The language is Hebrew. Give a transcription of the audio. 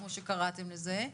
כמו שקראתם לזה,